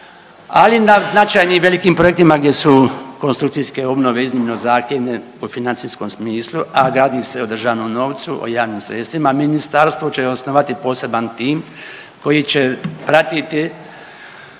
ali na značajnim velikim projektima gdje su konstrukcijske obnove iznimno zahtjevne u financijskom smislu, a gradi se o državnom novcu, o javnim sredstvima, ministarstvo će osnovati poseban tim koji će pratiti